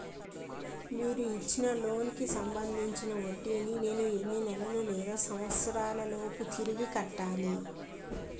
మీరు ఇచ్చిన లోన్ కి సంబందించిన వడ్డీని నేను ఎన్ని నెలలు లేదా సంవత్సరాలలోపు తిరిగి కట్టాలి?